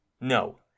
no